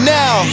now